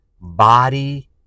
body